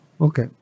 Okay